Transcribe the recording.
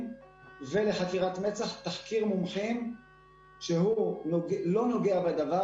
ולחקירת מצ"ח תחקיר מומחים שהוא לא נוגע בדבר,